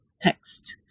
text